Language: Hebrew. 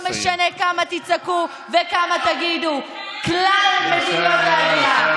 לא משנה כמה תצעקו וכמה תגידו, כלל מדינות העולם.